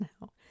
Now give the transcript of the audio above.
now